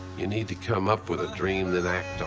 you need to come up with a dream, then act on